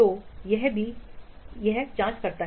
तो यह भी है कि क्या जाँच करता है